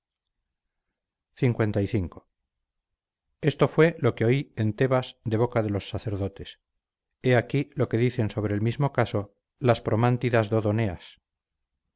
se emplearon lv esto fue lo que oí en tebas de boca de los sacerdotes he aquí lo que dicen sobre el mismo caso las promántidas